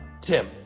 Tim